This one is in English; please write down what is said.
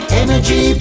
energy